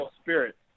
spirit